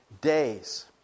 days